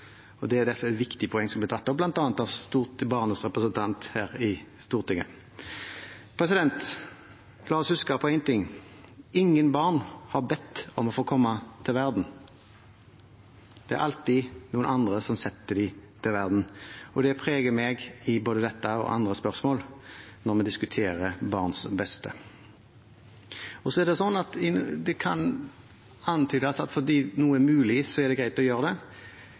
og det er derfor et viktig poeng som ble tatt opp, bl.a. av en av Barnas stortingsrepresentanter her i Stortinget. La oss huske på én ting: Ingen barn har bedt om å få komme til verden. Det er alltid noen andre som setter dem til verden, og det preger meg i både dette og andre spørsmål når vi diskuterer barns beste. Så kan det antydes at fordi noe er mulig, er det greit å gjøre det.